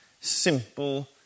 simple